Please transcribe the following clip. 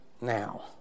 now